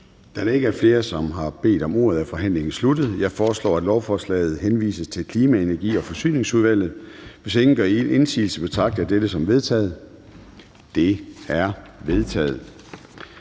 Da der ikke er flere, som har bedt om ordet, er forhandlingen afsluttet. Jeg foreslår, at lovforslaget henvises til Kirkeudvalget. Hvis ingen gør indsigelse, betragter jeg det som vedtaget. Det er vedtaget.